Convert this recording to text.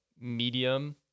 medium